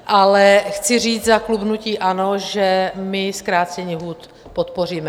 Ale chci říct za klub hnutí ANO, že my zkrácení lhůt podpoříme.